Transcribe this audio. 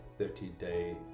30-day